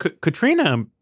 Katrina